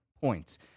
points